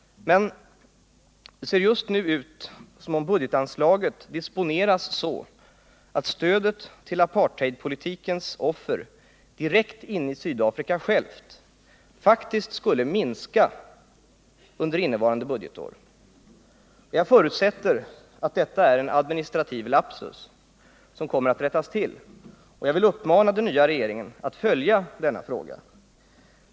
Men det ser just nu ut som om budgetanslaget disponeras så, att stödet till apartheidpolitikens offer direkt inne i Sydafrika faktiskt skulle minska under innevarande budgetår. Jag förutsätter att detta är en administrativ lapsus som kommer att rättas till. Jag vill uppmana den nya regeringen att följa denna fråga.